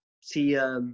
see